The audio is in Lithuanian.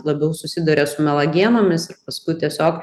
labiau susiduria su melagienomis ir paskui tiesiog